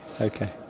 Okay